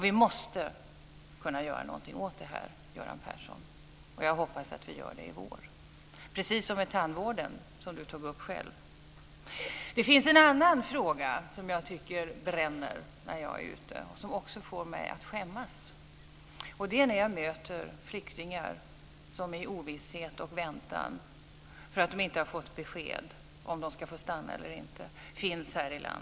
Vi måste kunna göra någonting åt det här, Göran Persson. Jag hoppas att vi gör det i vår, precis som med tandvården. Det finns en annan fråga som bränner när jag är ute och som också får mig att skämmas, och det är när jag möter flyktingar som är i ovisshet och väntan för att de inte har fått besked om de ska få stanna eller inte.